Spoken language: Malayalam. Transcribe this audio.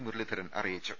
മുരളീധരൻ അറിയിച്ചു